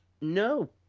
No